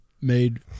made